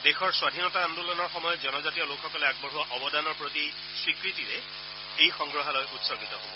দেশৰ স্বাধীনতা আন্দোলনৰ সময়ত জনজাতীয় লোকসকলে আগবঢ়োৱা অৱদানৰ প্ৰতি স্বীকৃতিৰে এই সংগ্ৰাহলয় উৎসৰ্গিত হব